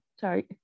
Sorry